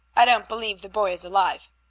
i don't believe the boy is alive.